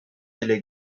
dile